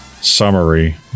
Summary